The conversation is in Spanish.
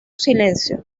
silencio